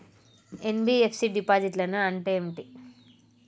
NBFC డిపాజిట్లను అంటే ఏంటి?